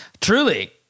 Truly